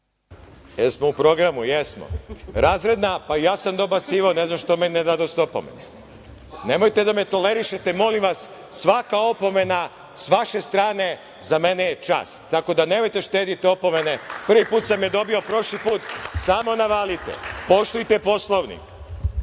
Jesmo u programu? Jesmo. Razredna, pa ja sam dobacivao, ne znam što mi ne dadoste opomenu? Nemojte da me tolerišete, molim vas, svaka opomena sa vaše strane za mene je čast, tako da nemojte da štedite opomene. Prvi put sam je dobio prošli put, samo navalite. Poštujte Poslovnik. Dobar